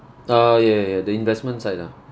orh ya ya ya the investments side ah